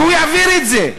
והוא יעביר את זה,